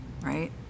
right